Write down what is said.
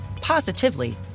positively